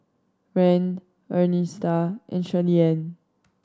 Rand Ernestina and Shirleyann